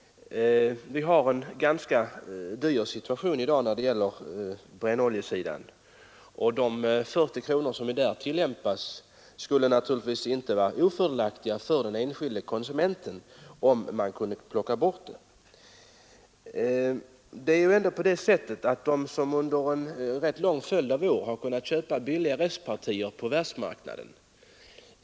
Vi har en ganska dyr situation i dag på brännoljesidan, och om den clearingavgift på 40 kronor som nu tas ut slopades skulle det naturligtvis inte vara ofördelaktigt för den enskilde konsumenten. Under en rätt lång följd av år har det varit möjligt att köpa billiga restpartier av olja på världsmarknaden.